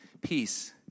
peace